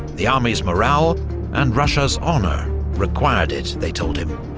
the army's morale and russia's honour required it, they told him.